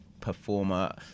performer